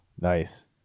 nice